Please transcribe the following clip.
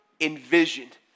envisioned